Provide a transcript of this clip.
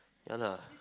ya lah